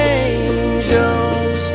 angels